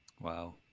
Wow